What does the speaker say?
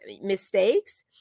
mistakes